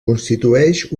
constitueix